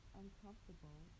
uncomfortable